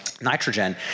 nitrogen